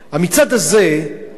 המצעד הזה השנה,